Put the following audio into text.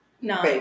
no